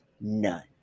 None